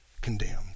condemned